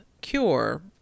cure